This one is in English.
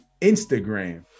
Instagram